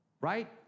right